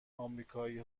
آمریکایی